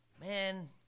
man